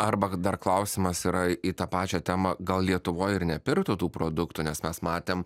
arba dar klausimas yra į tą pačią temą gal lietuvoj ir nepirktų tų produktų nes mes matėm